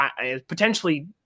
potentially